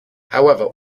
however